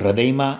હૃદયમાં